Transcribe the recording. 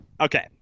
okay